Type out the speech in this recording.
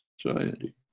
society